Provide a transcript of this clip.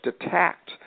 attacked